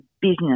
business